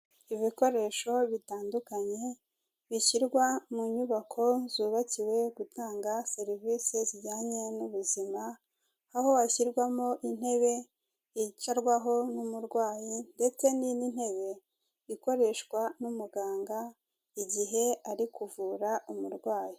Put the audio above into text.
Ibikoresho bitandukanye bishyirwa mu nyubako zubakiwe gutanga serivise zijyanye n'ubuzima, aho hashyirwamo intebe yicarwaho n'umurwayi ndetse n'indi ntebe ikoreshwa n'umuganga igihe ari kuvura umurwayi.